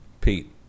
Pete